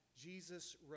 Jesus